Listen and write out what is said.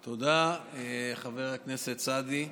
תודה, חבר הכנסת סעדי.